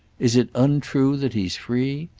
is it untrue that he's free?